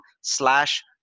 slash